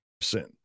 sin